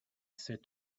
said